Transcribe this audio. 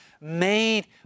made